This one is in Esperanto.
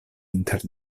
inter